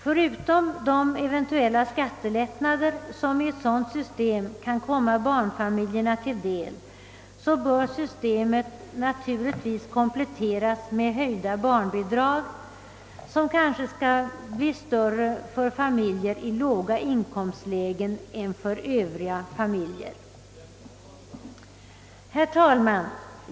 Förutom de eventuella skattelättnader som i ett sådant system kan komma barnfamiljerna till del bör systemet naturligtvis kompletteras med höjda barnbidrag, som kanske skall bli större för familjer i låga inkomstlägen än för Öövriga familjer. Herr talman!